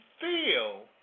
feel